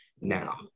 now